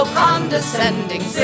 condescending